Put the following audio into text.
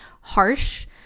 harsh